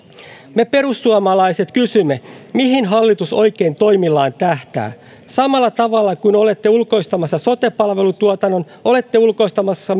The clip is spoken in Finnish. me perussuomalaiset kysymme mihin hallitus oikein toimillaan tähtää samalla tavalla kuin olette ulkoistamassa sote palvelutuotannon olette ulkoistamassa